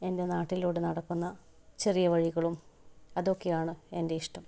എൻ്റെ നാട്ടിലൂട നടക്കുന്ന ചെറിയ വഴികളും അതൊക്കെയാണ് എൻ്റെ ഇഷ്ടം